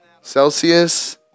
Celsius